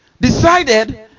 decided